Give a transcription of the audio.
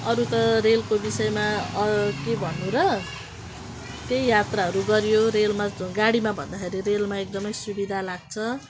अरू त रेलको विषयमा अरू के भन्नु र त्यही यात्राहरू गरियो रेलमा जु गाडीमा भन्दाखेरि रेलमा एकदमै सुविधा लाग्छ